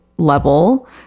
level